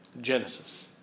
Genesis